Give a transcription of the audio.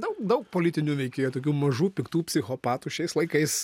daug daug politinių veikėjų tokių mažų piktų psichopatų šiais laikais